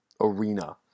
arena